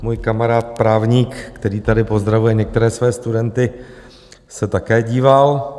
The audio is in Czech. Můj kamarád právník, který tady pozdravuje některé své studenty, se také díval.